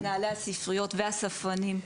מנהלי הספריות והספרנים,